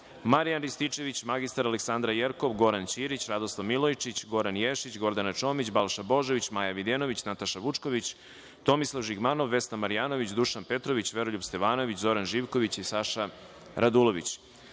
Marijan Rističević, mr Aleksandra Jerkov, Goran Ćirić, Radoslav Milojičić, Goran Ješić, Gordana Čomić, Balša Božović, Maja Videnović, Nataša Vučković, Tomislav Žigmanov, Vesna Marjanović, Dušan Petrović, Veroljub Stevanović, Zoran Živković i Saša Radulović. Primili